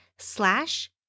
slash